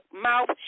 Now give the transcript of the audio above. mouth